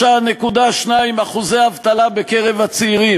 53.2% אבטלה בקרב הצעירים.